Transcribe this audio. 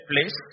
place